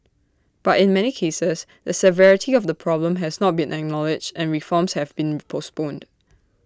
but in many cases the severity of the problem has not been acknowledged and reforms have been postponed